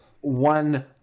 one